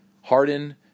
Harden